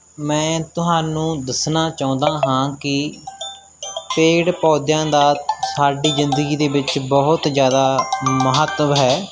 ਮੈਂ ਤੁਹਾਨੂੰ ਦੱਸਣਾ ਚਾਹੁੰਦਾ ਹਾਂ ਕਿ ਪੇੜ ਪੌਦਿਆਂ ਦਾ ਸਾਡੀ ਜ਼ਿੰਦਗੀ ਦੇ ਵਿੱਚ ਬਹੁਤ ਜ਼ਿਆਦਾ ਮਹੱਤਵ ਹੈ